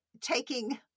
taking